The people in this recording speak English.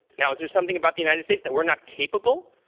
now, is there something about the united states that we're not capable?